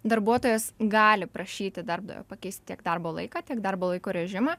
darbuotojas gali prašyti darbdavio pakeisti tiek darbo laiką tiek darbo laiko režimą